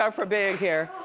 um for being here.